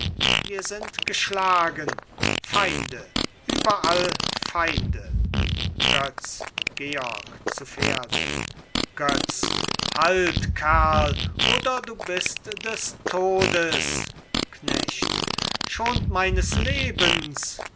wir sind geschlagen feinde überall feinde götz georg zu pferde götz halt kerl oder du bist des todes knecht schont meines lebens